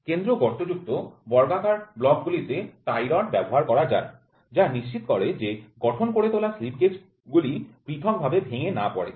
মধ্যবর্তী ফাঁকা স্থান যুক্ত বর্গাকার ব্লগ গুলিতে টাই রড ব্যবহার করা যায় যা নিশ্চিত করে যে গঠন করে তোলা স্লিপ গেজ গুলি পৃথকভাবে ভেঙ্গে না পড়ে